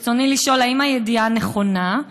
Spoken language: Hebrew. ברצוני לשאול: 1. האם הידיעה נכונה?